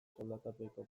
soldatapeko